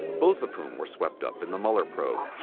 both of whom were swept up in the mueller probe.